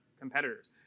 competitors